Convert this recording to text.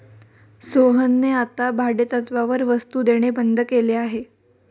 सोहनने आता भाडेतत्त्वावर वस्तु देणे बंद केले आहे